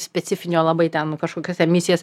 specifinio labai ten kažkokias emisijas